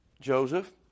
Joseph